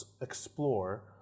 explore